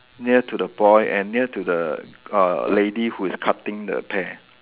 near to the boy and near to the uh lady who is cutting the pear